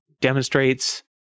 demonstrates